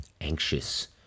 anxious